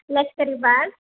लष्करी बाग